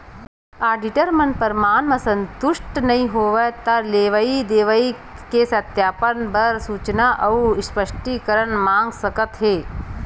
auditor मन परमान म संतुस्ट नइ होवय त लेवई देवई के सत्यापन बर सूचना अउ स्पस्टीकरन मांग सकत हे